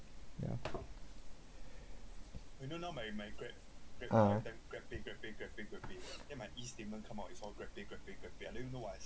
yeah uh